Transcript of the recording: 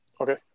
Okay